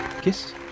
Kiss